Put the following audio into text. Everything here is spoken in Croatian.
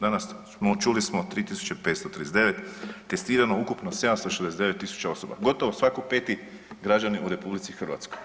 Danas, čuli smo 3539, testirano ukupno 769.000 osoba, gotovo svako peti građanin u RH.